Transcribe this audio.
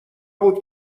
بود